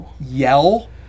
yell